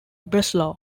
breslau